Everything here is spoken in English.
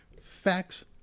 Facts